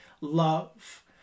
love